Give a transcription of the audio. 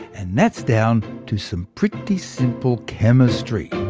and that's down to some pretty simple chemistry.